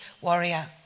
warrior